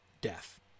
death